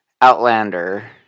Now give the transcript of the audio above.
Outlander